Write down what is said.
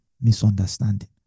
Misunderstanding